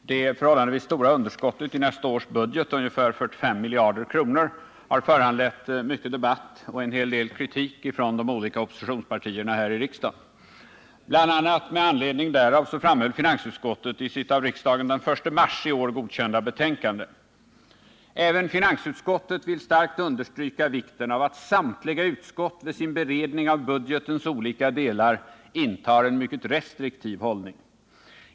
Herr talman! Det förhållandevis stora underskottet i nästa års budget — ungefär 45 000 milj.kr. — har föranlett mycken debatt och en hel del kritik från de olika oppositionspartierna. Bl. a. med anledning härav framhöll finansutskottet i sitt av riksdagen den 28 februari i år godkända betänkande: ”Även finansutskottet vill starkt understryka vikten av att samtliga utskott vid sin beredning av budgetens olika delar intar en mycket restriktiv hållning.